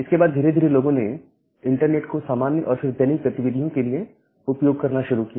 इसके बाद धीरे धीरे लोगों ने इंटरनेट को सामान्य और फिर दैनिक गतिविधियों के लिए उपयोग करना शुरू किया